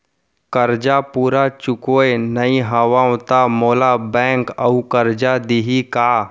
करजा पूरा चुकोय नई हव त मोला बैंक अऊ करजा दिही का?